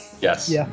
Yes